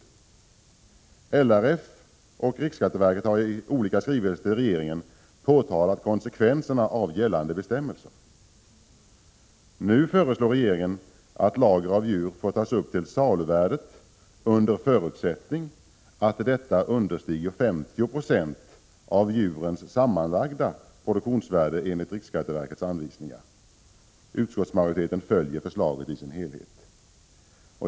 25 maj 1987 LRF och riksskatteverket har i skrivelser till regeringen påtalat konse kvenserna av gällande bestämmelser. PSOE Nu föreslår regeringen att lager av djur får tas upp till saluvärdet, under a för lagervärering förutsättning att detta understiger 50 90 av djurens sammanlagda produktionsvärde enligt riksskatteverkets anvisningar. Utskottsmajoriteten följer förslaget i dess helhet.